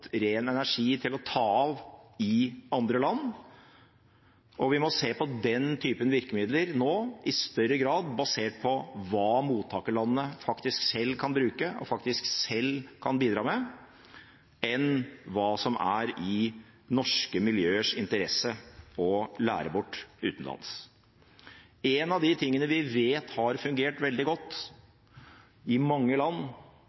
ren energi til å ta av i andre land, og vi må nå i større grad se på den typen virkemidler basert på hva mottagerlandene faktisk selv kan bruke, og faktisk selv kan bidra med, enn hva som er i norske miljøers interesse å lære bort utenlands. Én av de tingene vi vet har fungert veldig godt i mange land